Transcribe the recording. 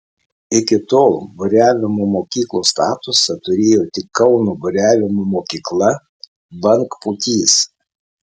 iki tol buriavimo mokyklos statusą turėjo tik kauno buriavimo mokykla bangpūtys